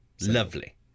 Lovely